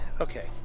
okay